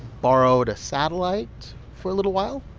borrowed a satellite for a little while?